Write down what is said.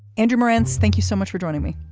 and drew morant's, thank you so much for joining me.